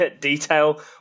detail